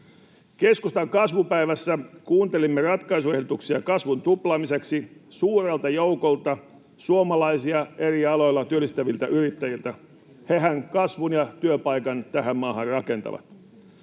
Keskustan kasvupäivässä kuuntelimme ratkaisuehdotuksia kasvun tuplaamiseksi suurelta joukolta suomalaisia eri aloilla työllistäviltä yrittäjiltä — hehän kasvun ja työpaikat tähän maahan rakentavat.